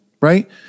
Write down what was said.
Right